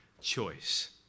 choice